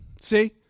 See